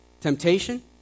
Temptation